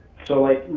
so like,